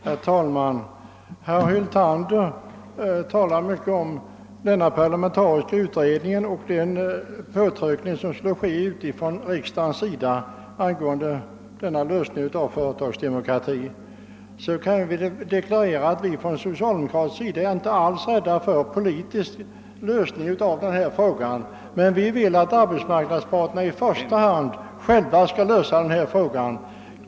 Herr talman! Herr Hyltander talade mycket om den parlamentariska utredningen och om den påtryckning som riksdagen skulle göra vid en sådan lösning av frågan om företagsdemokrati. Då vill jag deklarera att vi från socialdemokratisk sida inte alls är rädda för en politisk lösning i detta fall, men vi vill i första hand att arbetsmarknadsparterna själva skall lösa frågan.